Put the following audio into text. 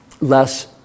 less